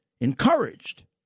encouraged